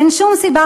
אין שום סיבה,